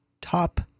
top